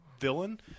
villain